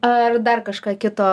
ar dar kažką kito